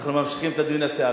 אנחנו ממשיכים את הדיון הסיעתי.